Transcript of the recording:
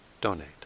donate